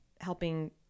helping